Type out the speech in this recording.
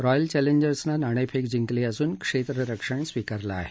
royal चॅलेंजर्सने नाणेफेक जिंकली असून क्षेत्ररक्षण स्वीकरलं आहे